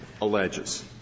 alleges